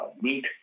meat